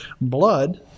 blood